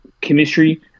chemistry